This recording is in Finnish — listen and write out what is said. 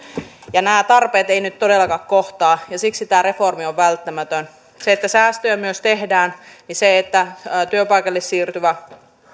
nämä tarpeet eivät nyt todellakaan kohtaa ja siksi tämä reformi on välttämätön kun säästöjä myös tehdään työpaikalle siirtyvässä